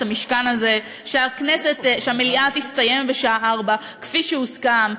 המשכן הזה: שהמליאה תסתיים בשעה 16:00 כפי שהוסכם,